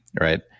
right